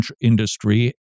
industry